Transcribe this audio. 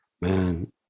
Man